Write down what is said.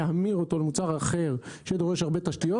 להמיר אותו למוצר אחר שדורש הרבה תשתיות,